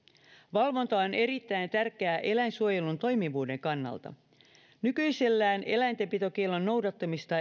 valvonta on erittäin tärkeää eläinsuojelun toimivuuden kannalta nykyisellään eläintenpitokiellon noudattamista